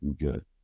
Good